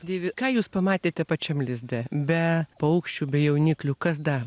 deivi ką jūs pamatėte pačiam lizde be paukščių be jauniklių kas dar